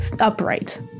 Upright